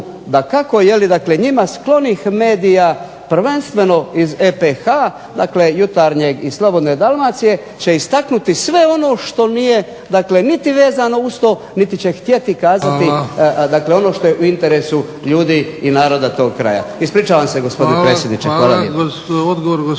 uz podršku dakako njima sklonih medija, prvenstveno iz EPH dakle Jutarnjeg i Slobodne Dalmacije će istaknuti sve ono što nije vezano uz to niti će htjeti kazati ono što je u interesu ljudi tog kraja. Ispričavam se gospodine predsjedniče. **Bebić,